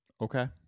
okay